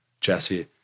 Jesse